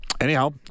Anyhow—